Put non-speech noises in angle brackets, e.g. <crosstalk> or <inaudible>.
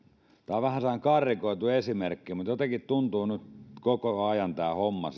on vähän sellainen karrikoitu esimerkki mutta jotenkin tuntuu nyt koko ajan tämä homma <unintelligible>